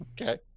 Okay